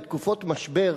בתקופות משבר,